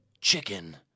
chicken